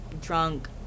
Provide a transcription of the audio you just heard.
Drunk